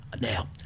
Now